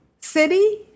City